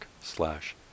slash